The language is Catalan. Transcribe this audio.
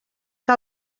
que